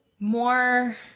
more